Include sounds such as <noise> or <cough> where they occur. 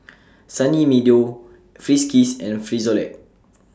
<noise> Sunny Meadow Friskies and Frisolac